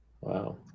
Wow